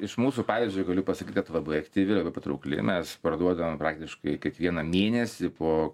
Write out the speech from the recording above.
iš mūsų pavyzdžiui galiu pasakyt kad labai aktyvi labai patraukli mes parduodame praktiškai kiekvieną mėnesį po